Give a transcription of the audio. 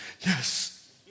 yes